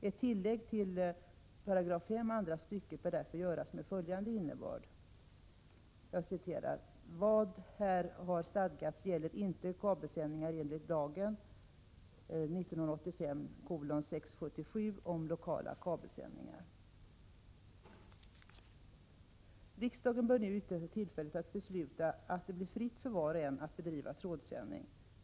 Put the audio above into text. Ett tillägg till 5 § andra stycket bör därför göras med följande innebörd: ”Vad här har stadgats gäller inte kabelsändningar enligt lagen om lokala kabelsändningar.” Riksdagen bör nu utnyttja tillfället att besluta att det blir fritt för var och en att bedriva trådsändning.